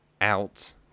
out